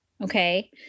okay